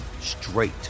straight